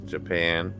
Japan